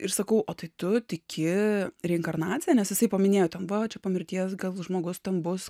ir sakau o tai tu tiki reinkarnacija nes jisai paminėjo ten va čia po mirties gal žmogus ten bus